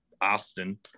austin